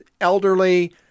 elderly